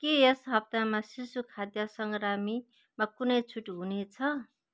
के यस हप्तामा शिशुखाद्य सामग्रीमा कुनै छुट हुने छ